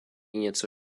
něco